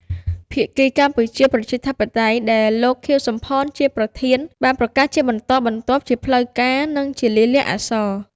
ភាគីកម្ពុជា ប្រជាធិបតេយ្យ ដែលលោក ខៀវ សំផន ជាប្រធាន បានប្រកាសជាបន្តបន្ទាប់ជាផ្លូវការ និងជា លាយលក្ខណ៍អក្សរ។